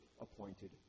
appointed